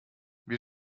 wir